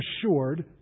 assured